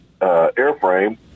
airframe